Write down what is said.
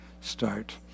start